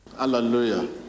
hallelujah